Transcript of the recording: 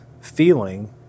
feeling